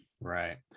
Right